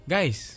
Guys